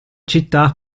città